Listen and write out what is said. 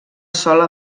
sola